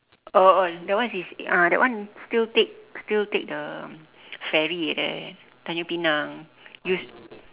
oh oh that one is uh that one still take still take the ferry at tanjung-pinang use